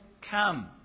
come